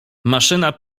maszyna